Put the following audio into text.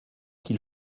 qu’il